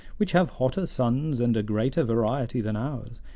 which have hotter suns and a greater variety than ours,